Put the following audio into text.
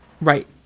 Right